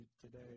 today